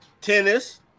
Tennis